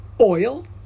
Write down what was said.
oil